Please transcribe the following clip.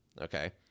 okay